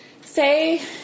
Say